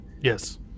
Yes